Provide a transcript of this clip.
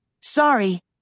Sorry